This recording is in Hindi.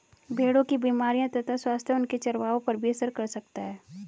भेड़ों की बीमारियों तथा स्वास्थ्य उनके चरवाहों पर भी असर कर सकता है